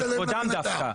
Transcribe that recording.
על כבודם דווקא.